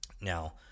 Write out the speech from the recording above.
Now